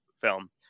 film